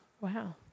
Wow